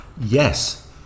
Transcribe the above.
Yes